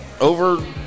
Over –